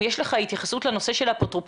אם יש לך התייחסות לנושא של האפוטרופסות,